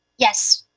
yes.